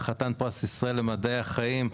חתן פרס ישראל מדעי החיים,